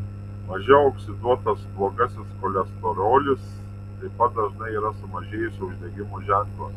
mažiau oksiduotas blogasis cholesterolis taip pat dažnai yra sumažėjusio uždegimo ženklas